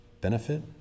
benefit